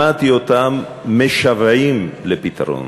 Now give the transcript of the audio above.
שמעתי אותם משוועים לפתרון.